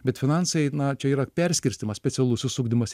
bet finansai na čia yra perskirstymas specialusis ugdymas